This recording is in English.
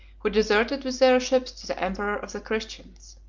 who deserted with their ships to the emperor of the christians.